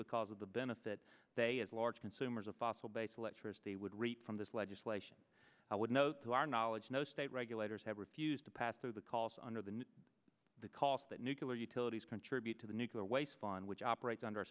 because of the benefit they as large consumers of fossil base electricity would reap from this legislation i would note to our knowledge no state regulators have refused to pass through the calls under the new the cost that nucular utilities contribute to the nuclear waste on which operates under a